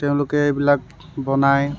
তেওঁলোকে এইবিলাক বনায়